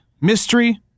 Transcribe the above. Mystery